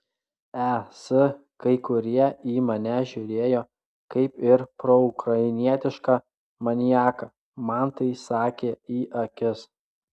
es kai kurie į mane žiūrėjo kaip ir proukrainietišką maniaką man tai sakė į akis